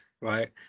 right